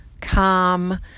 calm